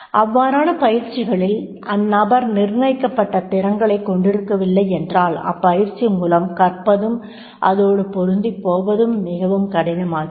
அவ்வாறான பயிற்சிகளில் அந்நபர் நிர்ணயிக்கப்பட்ட திறன்களைக் கொண்டிருக்கவில்லை என்றால் அப்பயிற்சி மூலம் கற்பதும் அதோடு பொருந்திப்போவதும் மிகவும் கடினமாகிறது